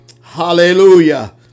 Hallelujah